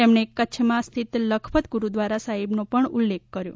તેમણે કચ્છમાં સ્થિત લખપત ગુરૂદ્વારા સાહિબનો ઉલ્લેખ પણ કર્યો